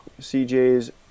CJ's